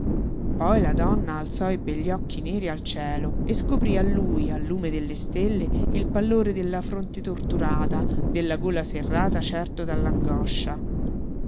poi la donna alzò i begli occhi neri al cielo e scoprí a lui al lume delle stelle il pallore della fronte torturata della gola serrata certo